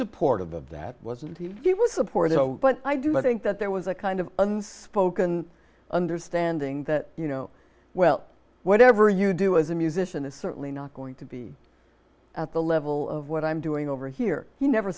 support of of that wasn't he was supportive but i do think that there was a kind of unspoken understanding that you know well whatever you do as a musician is certainly not going to be at the level of what i'm doing over here he never